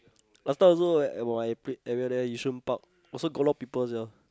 last time also at my place at near there Yishun-Park also got a lot of people sia